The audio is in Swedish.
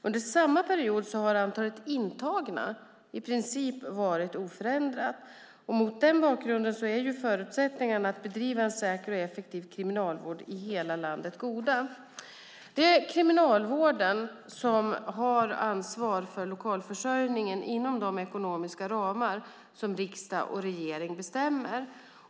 Under samma period har antalet intagna varit i princip oförändrat. Mot den bakgrunden är förutsättningarna att bedriva en säker och effektiv kriminalvård i hela landet goda. Det är Kriminalvården som har ansvar för lokalförsörjningen inom de ekonomiska ramar som riksdag och regering bestämmer.